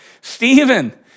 Stephen